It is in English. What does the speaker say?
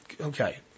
Okay